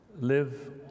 live